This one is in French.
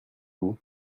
vous